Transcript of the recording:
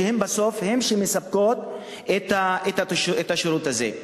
שבסוף הן אלה שמספקות את השירות הזה.